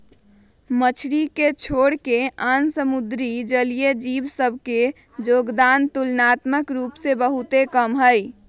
मछरी के छोरके आन समुद्री जलीय जीव सभ के जोगदान तुलनात्मक रूप से बहुते कम हइ